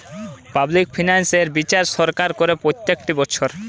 public finance এর বিচার সরকার করে প্রত্যেকটি বছর